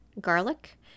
garlic